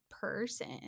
person